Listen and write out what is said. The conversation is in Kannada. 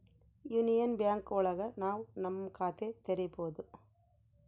ಯೂನಿಯನ್ ಬ್ಯಾಂಕ್ ಒಳಗ ನಾವ್ ನಮ್ ಖಾತೆ ತೆರಿಬೋದು